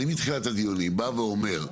אני מתחילת הדיונים בא ואומר,